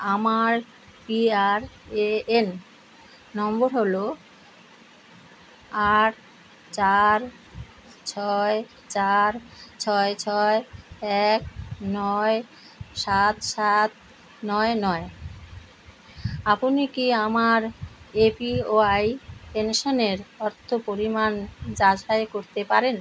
আমার পিআরএএন নম্বর হলো আট চার ছয় চার ছয় ছয় এক নয় সাত সাত নয় নয় আপনি কি আমার এপিওয়াই পেনশনের অর্থ পরিমাণ যাচাই করতে পারেন